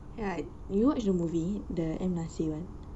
ya did you watch the movie the M nasir [one]